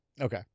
Okay